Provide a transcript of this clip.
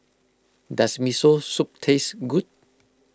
does Miso Soup taste good